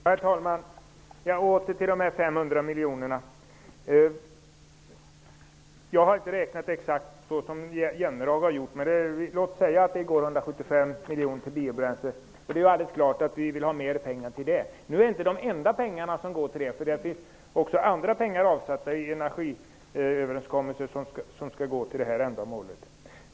Herr talman! Jag återkommer till de 500 miljonerna. Jag har inte räknat exakt så som Jan Jennehag har gjort, men låt oss säga att 175 miljoner kronor kommer att gå till biobränsle. Självfallet vill vi ha mera pengar till dem. Nu är detta inte de enda pengar som anslagits till detta. Det har i energiöverenskommelsen också avsatts andra pengar till detta ändamål.